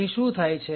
અહીં શું થાય છે